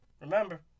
Remember